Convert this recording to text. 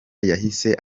yahise